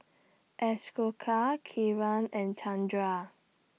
Ashoka Kiran and Chandra